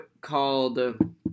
called